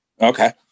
okay